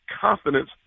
confidence